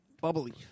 bubbly